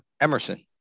emerson